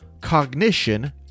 cognition